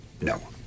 No